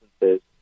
instances